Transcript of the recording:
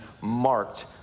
marked